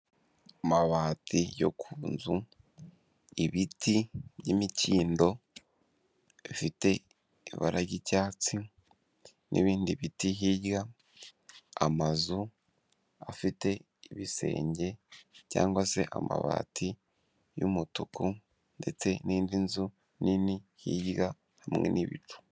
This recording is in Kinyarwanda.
Amabati yo ku nzu, ibiti by'imikindo bifite ibara ry'icyatsi, n'ibindi biti hirya, amazu afite ibisenge, cyangwa se amabati y'umutuku, ndetse n'indi nzu nini hirya hamwe n'ibicu.